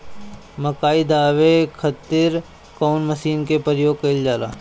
मकई दावे खातीर कउन मसीन के प्रयोग कईल जाला?